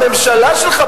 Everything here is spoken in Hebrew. הממשלה שלך,